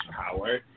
power